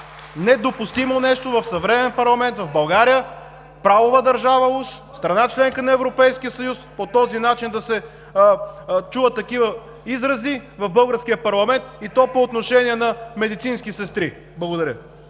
Недопустимо нещо е в съвременен парламент, в България – правова държава уж, страна – членка на Европейския съюз, по този начин да се чуват такива изрази в българския парламент, и то по отношение на медицински сестри. Благодаря.